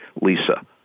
Lisa